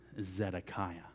Zedekiah